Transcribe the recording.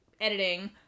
editing